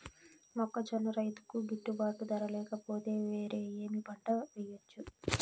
మొక్కజొన్న రైతుకు గిట్టుబాటు ధర లేక పోతే, వేరే ఏమి పంట వెయ్యొచ్చు?